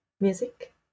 music